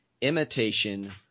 imitation